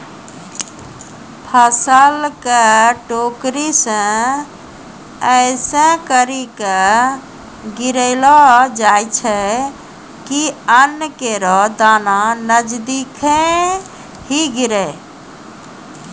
फसल क टोकरी सें ऐसें करि के गिरैलो जाय छै कि अन्न केरो दाना नजदीके ही गिरे